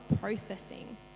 processing